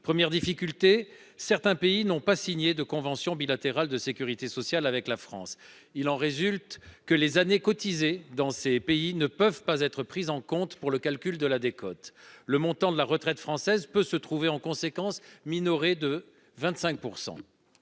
Première difficulté, certains pays n'ont pas signé de convention bilatérale de Sécurité sociale avec la France. Il en résulte que les années cotisées dans ces pays ne peuvent pas être pris en compte pour le calcul de la décote. Le montant de la retraite française peut se trouver en conséquence minoré de 25